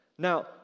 Now